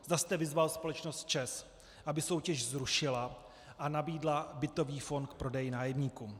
Zda jste vyzval společnost ČEZ, aby soutěž zrušila a nabídla bytový fond k prodeji nájemníkům.